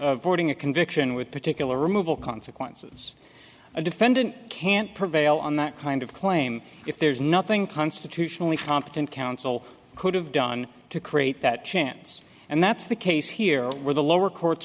voting a conviction with particular removal consequences a defendant can't prevail on that kind of claim if there's nothing constitutionally competent counsel could have done to create that chance and that's the case here where the lower court